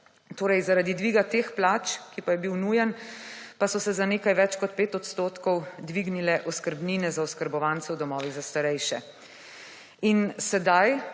torej zaradi dviga teh plač, ki pa je bil nujen, pa so se za nekaj več kot 5 % dvignile oskrbnine za oskrbovance v domovih za starejše. In sedaj